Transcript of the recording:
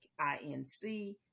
Inc